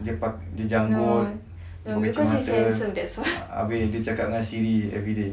dia janggut dia pakai cermin mata abeh dia cakap dengan siri everyday